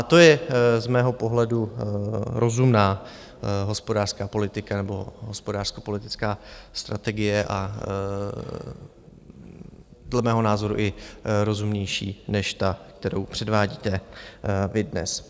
To je z mého pohledu rozumná hospodářská politika nebo hospodářskopolitická strategie a dle mého názoru i rozumnější než ta, kterou předvádíte vy dnes.